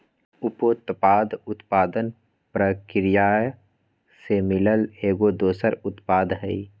उपोत्पाद उत्पादन परकिरिया से मिलल एगो दोसर उत्पाद हई